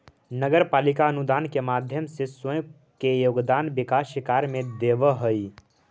नगर पालिका अनुदान के माध्यम से स्वयं के योगदान विकास कार्य में देवऽ हई